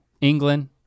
England